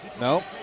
No